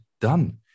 done